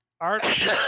Art